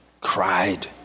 cried